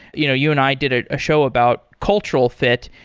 you know you and i did a ah show about cultural fit,